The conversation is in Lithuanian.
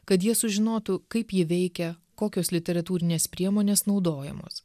kad jie sužinotų kaip ji veikia kokios literatūrinės priemonės naudojamos